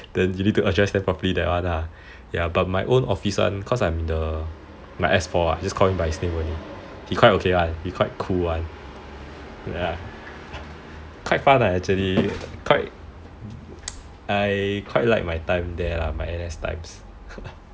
then you need to address them properly that [one] lah he quite okay quite cool [one] quite fun leh actually I quite like my time there my N_S times